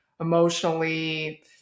emotionally